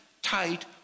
tight